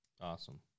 Awesome